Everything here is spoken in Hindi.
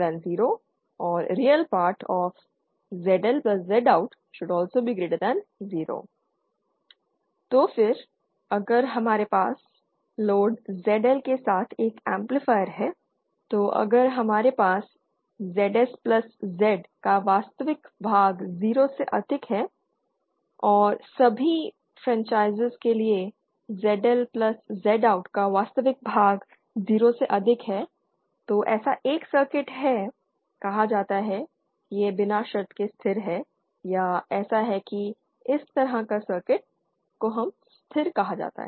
ReZSZIN0 ReZLZout0 तो फिर अगर हमारे पास लोड ZL के साथ एक एम्पलीफायर है तो अगर हमारे पास ZS प्लस Z का वास्तविक भाग 0 से अधिक है और सभी फ्रीक्वेंसीज़ के लिए ZL प्लस Z OUT का वास्तविक भाग 0 से अधिक है तो ऐसा एक सर्किट है कहा जाता है कि यह बिना शर्त के स्थिर है या ऐसा है कि इस तरह के सर्किट को स्थिर कहा जाता है